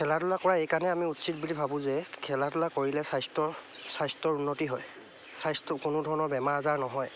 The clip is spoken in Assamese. খেলা ধূলা কৰা এইকাৰণেই আমি উচিত বুলি ভাবোঁ যে খেলা ধূলা কৰিলে স্বাস্থ্য স্বাস্থ্যৰ উন্নতি হয় স্বাস্থ্য কোনো ধৰণৰ বেমাৰ আজাৰ নহয়